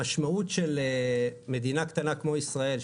המשמעות שמדינה קטנה כמו ישראל,